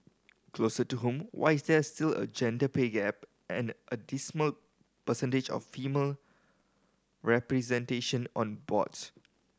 closer to home why is there still a gender pay gap and a dismal percentage of female representation on boards